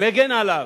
מגן עליו.